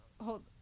hold